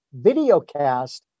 videocast